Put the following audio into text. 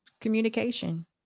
Communication